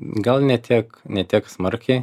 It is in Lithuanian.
gal ne tiek ne tiek smarkiai